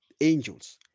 angels